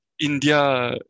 India